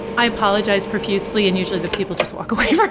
i apologize profusely and usually the people just walk away from